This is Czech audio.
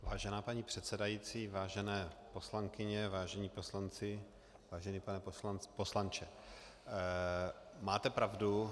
Vážená paní předsedající, vážené poslankyně, vážení poslanci, vážený pane poslanče, máte pravdu.